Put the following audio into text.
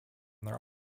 their